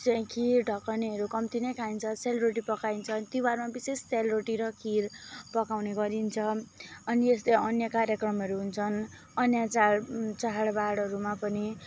चाहिँ खिर ढकनेहरू कम्ती नै खाइन्छ सेलरोटी पकाइन्छ तिहारमा विशेष सेलरोटी र खिर पकाउने गरिन्छ अनि यस्तै अन्य कार्यक्रमहरू हुन्छन् अन्य चाड चाडबाडहरूमा पनि